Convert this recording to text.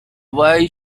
wise